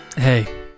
Hey